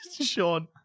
Sean